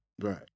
Right